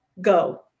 go